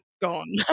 gone